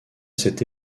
cette